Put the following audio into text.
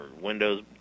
windows